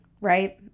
right